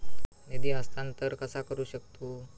निधी हस्तांतर कसा करू शकतू?